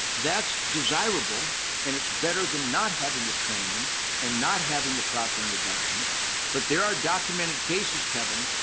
that's desirable and it's better than not having the training and not having the proper introduction but there are documented cases kevin.